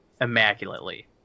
immaculately